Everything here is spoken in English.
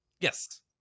yes